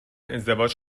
ازدواج